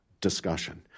discussion